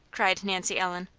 cried nancy ellen.